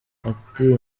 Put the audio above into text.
ati